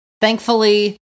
Thankfully